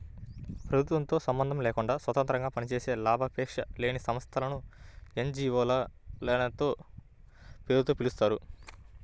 ప్రభుత్వంతో సంబంధం లేకుండా స్వతంత్రంగా పనిచేసే లాభాపేక్ష లేని సంస్థలను ఎన్.జీ.వో లనే పేరుతో పిలుస్తారు